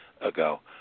ago